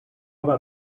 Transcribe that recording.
about